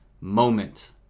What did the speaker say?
moment